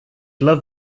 love